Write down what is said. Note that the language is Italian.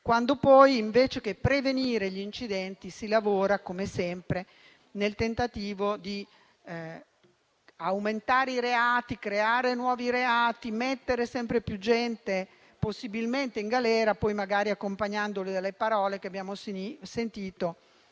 quando poi, invece che prevenire gli incidenti, si lavora, come sempre, nel tentativo di aumentare i reati, crearne di nuovi, mettere sempre più gente possibilmente in galera, accompagnandoli magari con le parole che abbiamo sentito